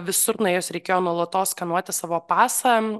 visur nuėjus reikėjo nuolatos skanuoti savo pasą